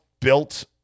built